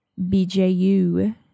BJU